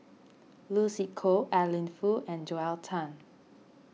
Lucy Koh Adeline Foo and Joel Tan